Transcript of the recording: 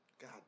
God